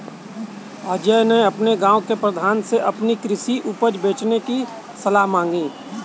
अजय ने अपने गांव के प्रधान से अपनी कृषि उपज बेचने की सलाह मांगी